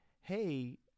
hey